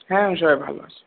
হ্যাঁ সবাই ভালো আছে